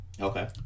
okay